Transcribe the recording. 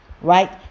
Right